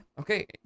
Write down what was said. Okay